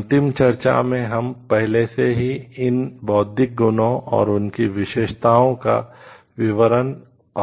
अंतिम चर्चा में हमने पहले से ही इन बौद्धिक गुणों और उनकी विशेषताओं का विवरण